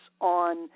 on